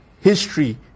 history